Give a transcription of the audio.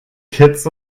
kitts